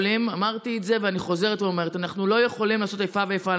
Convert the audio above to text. אמרתי את זה ואני חוזרת ואומרת: אנחנו לא יכולים לעשות איפה ואיפה,